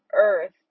earth